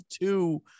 two